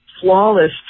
Flawless